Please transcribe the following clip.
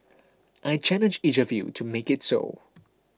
I challenge each of you to make it so